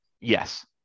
Yes